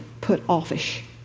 put-offish